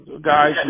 guys